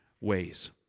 ways